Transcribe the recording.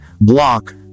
block